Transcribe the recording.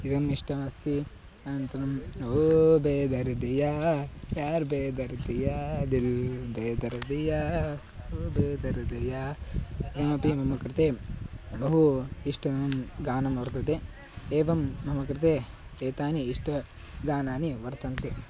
इदम् इष्टमस्ति अनन्तरम् ओ बे दर्दिया यार् बे दर्दिया दिल् बे दर्दिया ओ बे दर्दिया अयमपि मम कृते बहु इष्टतमं गानं वर्तते एवं मम कृते एतानि इष्टगानानि वर्तन्ते